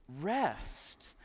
rest